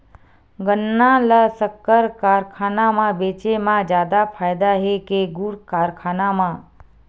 गन्ना ल शक्कर कारखाना म बेचे म जादा फ़ायदा हे के गुण कारखाना म?